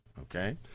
Okay